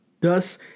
Thus